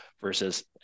versus